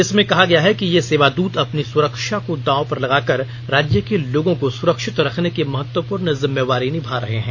इसमें कहा गया है कि ये सेवादत अपनी सुरक्षा को दांव पर लगाकर राज्य के लोगों को सुरक्षित रखने की महत्वपूर्ण जिम्मेवारी निभा रहे हैं